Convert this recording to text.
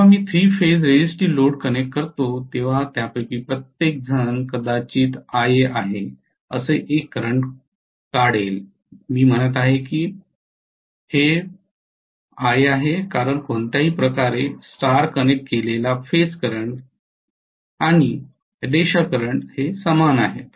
जेव्हा मी 3 phase resistive load connect करतो तेव्हा त्यापैकी प्रत्येकजण कदाचित आयए आहे असे एक करंट काढेल मी म्हणत आहे की हे प्रति आहे कारण कोणत्याही प्रकारे स्टार कनेक्ट केलेला फेज करंट आणि रेषा करंट समान आहेत